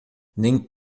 nem